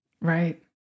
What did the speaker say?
Right